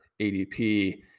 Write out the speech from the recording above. ADP